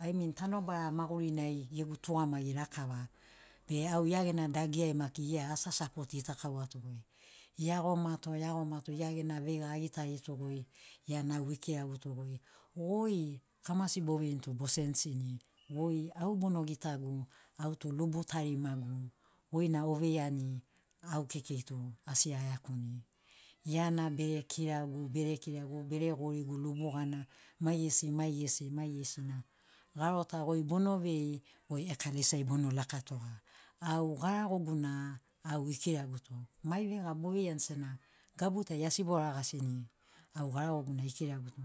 i mean tanobara maguri nai gegu tugamagi lakava be au ia gena dagi ai maki ia asi asapot gitakauato goi iagomato iagomato ia gena veiga agitarito goi iana au ikiragutogoi goi kamasi boveini tu bosensini, goi au bono gitagu au tu lubu tarimagu goina oveiani au kekei tu asi aiakuni. Iana bere kiragu bere kiragu bere gorigu lubu gana maigesi maigesi maigesina garo ta goi bono vei goi ekalesi ai bono lakatoga. Au garagogu na au ekiraguto mai veiga boveiani sena gabu tai asi bora gasini au garagoguna ikiraguto moga